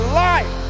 life